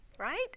right